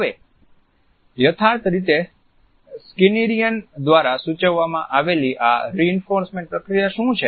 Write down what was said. હવે યથાર્થ રીતે સ્કીનરિયન દ્વારા સૂચવવામાં આવેલી આ રીઈન્ફોસૅમેન્ટ પ્રક્રિયા શું છે